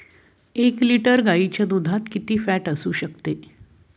एक लिटर गाईच्या दुधात किती फॅट असू शकते?